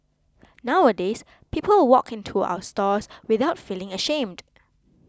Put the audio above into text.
nowadays people walk in to our stores without feeling ashamed